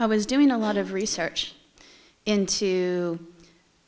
i was doing a lot of research into